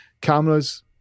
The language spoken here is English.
Cameras